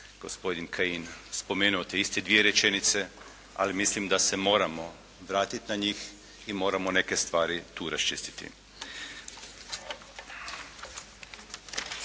gospodin Kajin spomenuo te iste dvije rečenice, ali mislim da se moramo vratit na njih i moramo neke stvari tu raščistiti.